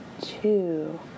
two